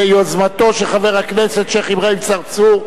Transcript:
ביוזמתו של חבר הכנסת שיח' אברהים צרצור,